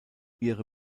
ihre